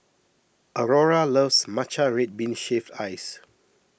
Aurora loves Matcha Red Bean Shaved Ice